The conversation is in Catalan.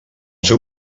seu